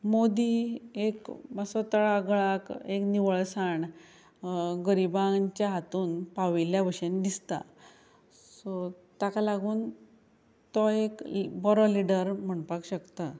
मोदी एक मातसो तळागळाक एक निवळसाण गरिबांच्या हातून पाविल्ल्या भशेन दिसता सो ताका लागून तो एक बोरो लिडर म्हणपाक शकता